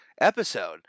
episode